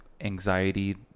anxiety